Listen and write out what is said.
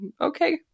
okay